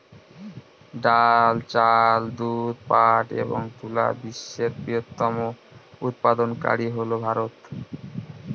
ডাল, চাল, দুধ, পাট এবং তুলা বিশ্বের বৃহত্তম উৎপাদনকারী হল ভারত